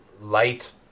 light